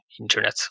internet